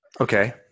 Okay